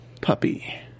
puppy